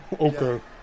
Okay